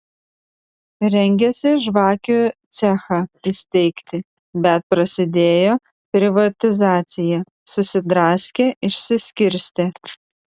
rengėsi žvakių cechą įsteigti bet prasidėjo privatizacija susidraskė išsiskirstė